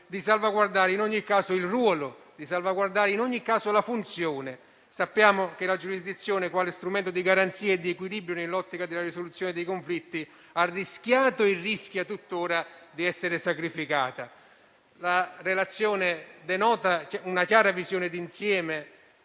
di salvaguardare in ogni caso il ruolo e la funzione. Sappiamo che la giurisdizione quale strumento di garanzia e di equilibrio nell'ottica della risoluzione dei conflitti ha rischiato e rischia tuttora di essere sacrificata. La relazione denota una chiara visione di insieme;